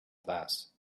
glass